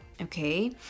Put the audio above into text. Okay